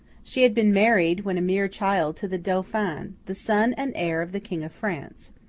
she had been married, when a mere child, to the dauphin, the son and heir of the king of france.